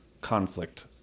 conflict